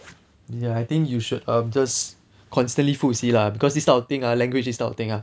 ya I think you should have err just constantly 复习 lah because this type of thing ah language this kind of thing ah